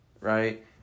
right